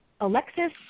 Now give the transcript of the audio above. Alexis